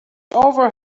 over